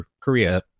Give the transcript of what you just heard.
korea